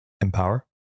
empower